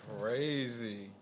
crazy